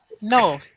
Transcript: No